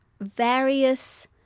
various